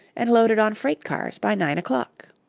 and loaded on freight-cars by nine o'clock.